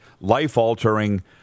life-altering